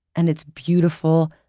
and it's beautiful,